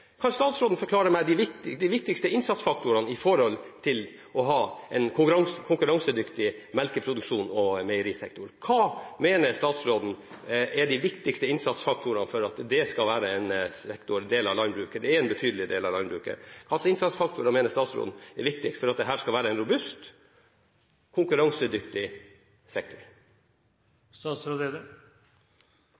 Kan statsråden forklare meg de viktigste innsatsfaktorene når det gjelder å ha en konkurransedyktig melkeproduksjon og meierisektor? Hva mener statsråden er de viktigste innsatsfaktorene for at denne betydelige delen av landbruket skal være en robust og konkurransedyktig sektor?